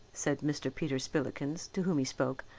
said mr. peter spillikins, to whom he spoke,